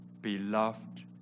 beloved